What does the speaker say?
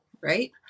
Right